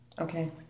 Okay